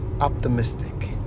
optimistic